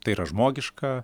tai yra žmogiška